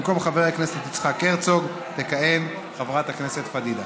במקום חבר הכנסת יצחק הרצוג תכהן חברת הכנסת פדידה.